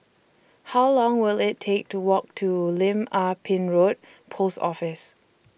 How Long Will IT Take to Walk to Lim Ah Pin Road Post Office